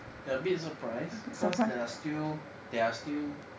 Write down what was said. a bit surprised because there are still there are still